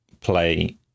play